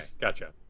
Gotcha